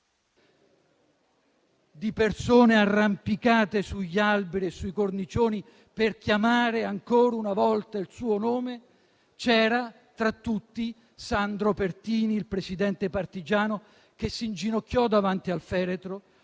di persone arrampicate sugli alberi e sui cornicioni per chiamare ancora una volta il suo nome, c'era, tra tutti, Sandro Pertini, il Presidente partigiano, che si inginocchiò davanti al feretro,